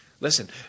Listen